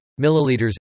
milliliters